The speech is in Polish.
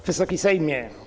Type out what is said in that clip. Wysoki Sejmie!